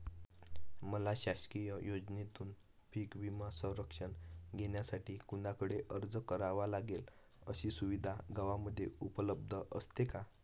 मला शासकीय योजनेतून पीक विमा संरक्षण घेण्यासाठी कुणाकडे अर्ज करावा लागेल? अशी सुविधा गावामध्ये उपलब्ध असते का?